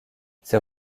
ses